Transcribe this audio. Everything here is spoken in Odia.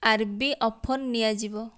ଆର୍ବି ଅଫର୍ ନିଆଯିବ